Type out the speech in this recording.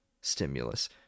stimulus